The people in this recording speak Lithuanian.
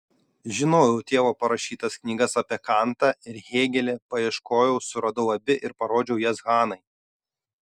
žinojau tėvo parašytas knygas apie kantą ir hėgelį paieškojau suradau abi ir parodžiau jas hanai